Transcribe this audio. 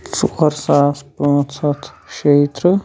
ژور ساس پانٛژھ ہتھ شیٚہِ تٕرٛہ